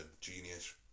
genius